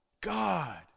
God